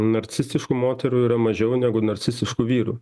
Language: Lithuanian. narcistiškų moterų yra mažiau negu narcistiškų vyrų